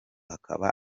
akaba